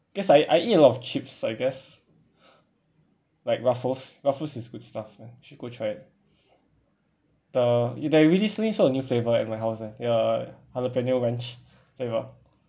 because I I eat a lot of chips I guess like ruffles ruffles is good stuff ah should go try it uh they recently sold a new flavour at my house there ya jalapeno ranch flavour